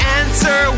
answer